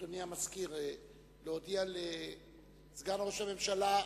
אדוני המזכיר, להודיע לסגן ראש הממשלה,